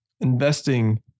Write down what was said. investing